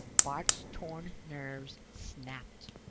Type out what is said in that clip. bart's torn nerves snapped.